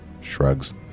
Shrugs